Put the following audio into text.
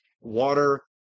water